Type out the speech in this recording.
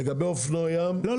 לגבי אופנועי ים --- לא,